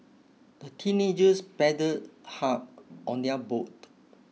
the teenagers paddled hard on their boat